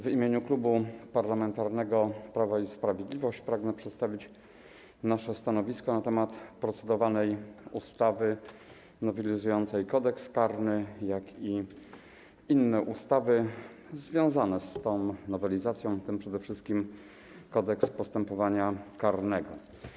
W imieniu Klubu Parlamentarnego Prawo i Sprawiedliwość pragnę przedstawić nasze stanowisko dotyczące procedowanej ustawy nowelizującej Kodeks karny, jak i inne ustawy związane z tą nowelizacją, w tym przede wszystkim Kodeks postępowania karnego.